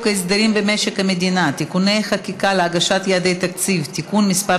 במשק המדינה (תיקוני חקיקה להשגת יעדי התקציב) (תיקון מס'